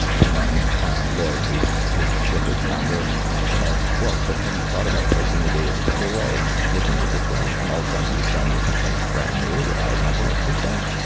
and then lloyd, who's who's looker s founder said, well, but have you thought about slicing the data this other way and looking at it this way? and all of a sudden, he was showing me something brand new that i had never looked at.